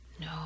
No